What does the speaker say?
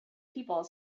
people